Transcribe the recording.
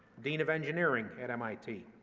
dean of engineering at mit.